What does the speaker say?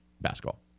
basketball